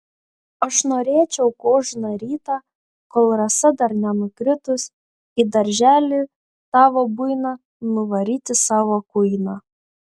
aš norėčiau kožną rytą kol rasa dar nenukritus į darželį tavo buiną nuvaryti savo kuiną